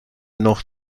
noch